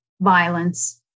violence